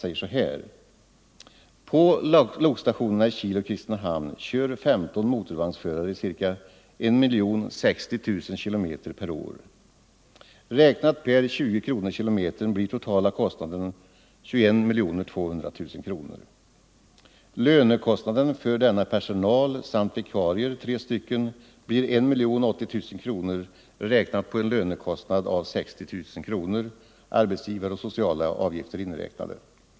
Han anför: På lokstationerna i Kil och Kristinehamn kör 15 motorvagnsförare ca 1060 000 kilometer per år. Räknat per 20 kronor kilometern blir totala kostnaden 21 200 000 kronor. Lönekostnaden för denna personal samt vikarier — tre stycken — blir 1 080 000 kronor räknat på en lönekostnad av 60 000 kronor, arbetsgivareoch sociala avgifter inräknade.